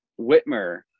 Whitmer